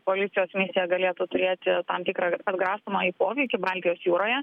policijos misija galėtų turėti tam tikrą atgrasomąjį poveikį baltijos jūroje